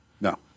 No